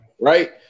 right